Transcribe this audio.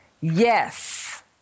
yes